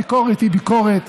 הביקורת היא ביקורת